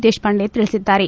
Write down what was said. ದೇಶಪಾಂಡೆ ತಿಳಿಸಿದ್ದಾರೆ